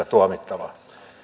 tuomittavaa